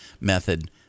method